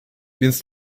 więc